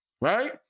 right